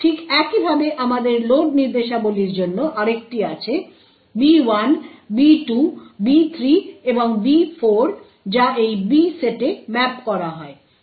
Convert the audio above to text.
ঠিক একইভাবে আমাদের লোড নির্দেশাবলীর জন্য আরেকটি আছে B1 B2 B3 এবং B4 যা এই B সেটে ম্যাপ করা হয়